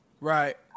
Right